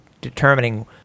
determining